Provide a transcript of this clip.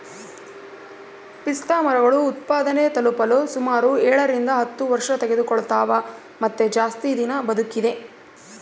ಪಿಸ್ತಾಮರಗಳು ಉತ್ಪಾದನೆ ತಲುಪಲು ಸುಮಾರು ಏಳರಿಂದ ಹತ್ತು ವರ್ಷತೆಗೆದುಕೊಳ್ತವ ಮತ್ತೆ ಜಾಸ್ತಿ ದಿನ ಬದುಕಿದೆ